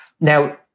Now